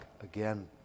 again